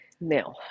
Now